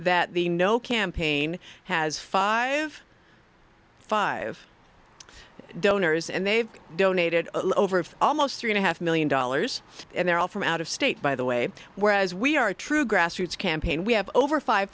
that the no campaign has five five donors and they've donated over of almost three and a half million dollars and they're all from out of state by the way whereas we are a true grassroots campaign we have over five